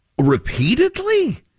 repeatedly